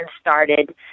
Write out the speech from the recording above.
started